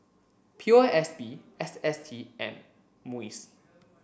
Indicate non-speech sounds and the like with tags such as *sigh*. P O S B S S T M *unintelligible*